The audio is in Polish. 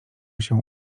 się